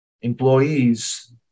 employees